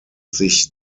sich